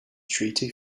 treaty